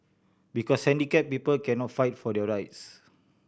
because handicap people cannot fight for their rights